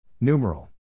Numeral